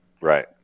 Right